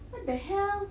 what the hell